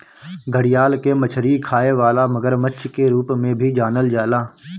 घड़ियाल के मछरी खाए वाला मगरमच्छ के रूप में भी जानल जाला